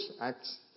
acts